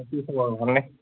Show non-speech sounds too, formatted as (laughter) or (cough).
(unintelligible)